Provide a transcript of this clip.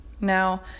Now